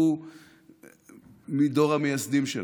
הוא מדור המייסדים שלנו.